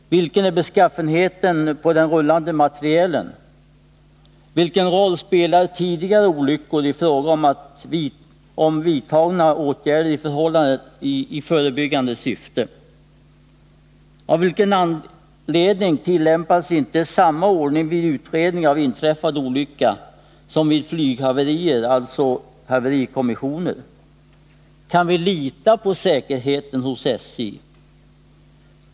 Hurudan är beskaffenheten hos den rullande materielen? Vilken roll har tidigare olyckor spelat i fråga om vidtagna åtgärder i förebyggande syfte? Av vilken anledning tillämpas inte samma ordning vid utredning av tågolyckor som vid utredning av flyghaverier, dvs. med anlitande av haverikommissioner?